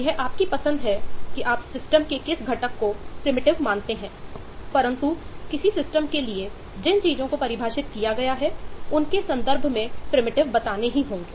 यह आपकी पसंद है कि आप सिस्टम बताने होंगे